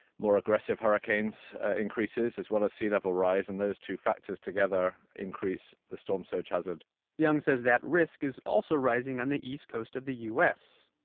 more aggressive hurricanes increases, as well as sea level rise. and those two factors together increase the storm surge hazard young says that risk is also rising on the east coast of the u s.